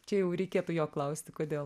čia jau reikėtų jo klausti kodėl